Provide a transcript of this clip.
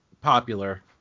popular